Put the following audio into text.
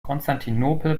konstantinopel